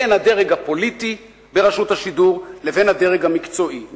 בין הדרג הפוליטי ברשות השידור לבין הדרג המקצועי,